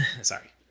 Sorry